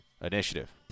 Initiative